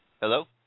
Hello